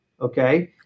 Okay